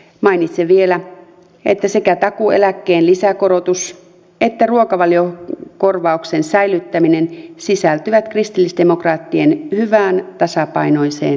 mainitsen vielä että sekä takuueläkkeen lisäkorotus että ruokavaliokorvauksen säilyttäminen sisältyvät kristillisdemokraattien hyvään tasapainoiseen vaihtoehtobudjettiin